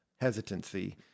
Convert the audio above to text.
hesitancy